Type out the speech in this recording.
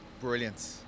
brilliant